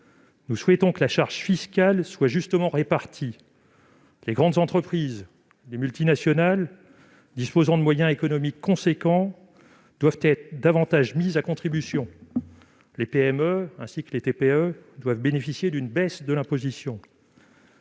nous souhaitons que la charge fiscale soit justement répartie. Les grandes entreprises, les multinationales qui disposent de moyens économiques conséquents doivent être davantage mises à contribution. Les PME et les TPE doivent bénéficier d'une baisse de l'imposition.